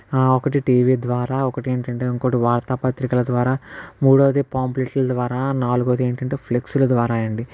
ఒకటి టీవీ ద్వారా ఒకటి ఏంటి అంటే ఇంకోటి వార్తాపత్రికల ద్వారా మూడోది పాంప్లెట్ల ద్వారా నాలుగోది ఏంటి అంటే ఫ్లెక్స్ల ద్వారా అండి